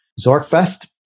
Zorkfest